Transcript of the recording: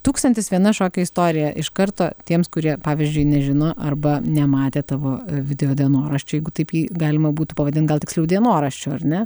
tūkstantis viena šokio istorija iš karto tiems kurie pavyzdžiui nežino arba nematė tavo video dienoraščių jeigu taip jį galima būtų pavadint gal tiksliau dienoraščiu ar ne